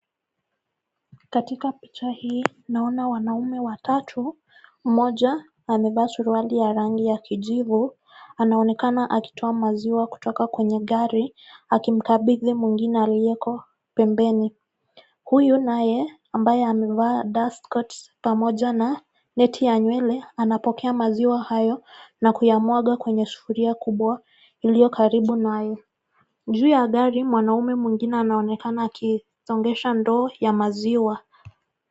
Katika picha hii naona wanaume watatu mmoja amevaa suruali ya rangi ya kijivu anaonekana akitoa maziwa kutoka kwenye gari akimkabithi mwingine aliyekopembeni ,huyu naye ambaye amevaa (cs) dust coat (cs)pamoja na neti ya nywele, anapokea maziwa hayo na kuyamwaga kwenye sufuria kubwa iliyokaribu naye. Juu ya gari mwanaume mwingine anaonekana akisongesha ndoo ya maziwa.